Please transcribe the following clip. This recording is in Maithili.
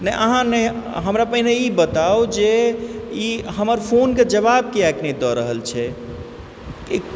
नहि अहाँ ने हमरा पहिने ई बताउ जे ई हमर फोनके जवाब किएक नहि दऽ रहल छै